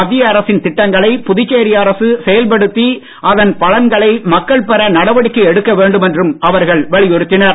மத்திய அரசின் திட்டங்களை புதுச்சேரி அரசு செயல்படுத்தி அதன் பலன்களை மக்கள் பெற நடவடிக்கை எடுக்க வேண்டும் என்றும் அவர்கள் வலியுறுத்தினர்